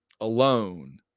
alone